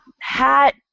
hat